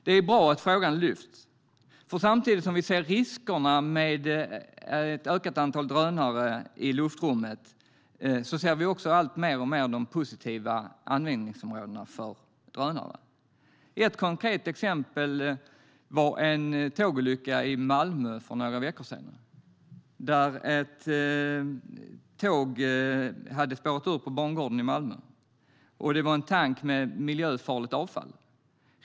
Det är bra att frågan lyfts, för samtidigt som vi ser riskerna med ett ökat antal drönare i luftrummet ser vi också alltmer de positiva användningsområdena för drönare. Ett konkret exempel var en tågolycka i Malmö för några veckor sedan. Ett tåg hade spårat ur på bangården i Malmö, och det var en tank med miljöfarligt avfall.